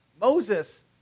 Moses